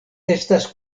estas